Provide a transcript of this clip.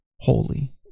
holy